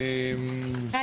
כפי